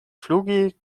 flugi